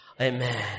Amen